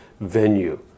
venue